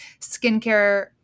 skincare